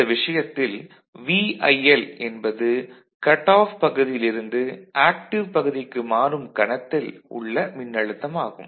இந்த விஷயத்தில் VIL என்பது கட் ஆஃப் பகுதியிலிருந்து ஆக்டிவ் பகுதிக்கு மாறும் கணத்தில் உள்ள மின்னழுத்தம் ஆகும்